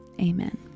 Amen